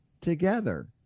together